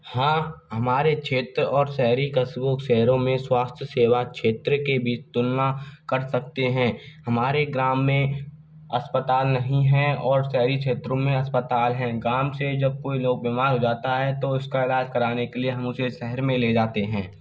हाँ हमारे क्षेत्र और शहरी कस्बों के शहरों में स्वास्थ्य सेवा क्षेत्र के बीच तुलना कर सकते हैं हमारे ग्राम में अस्पताल नहीं हैं और शहरी क्षेत्रो में अस्पताल हैं ग्राम से जब कोई लोग बीमार हो जाता है तो उसका इलाज़ कराने के लिए हम उसे शहर में ले जाते हैं